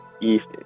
east